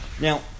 Now